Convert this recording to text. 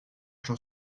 j’en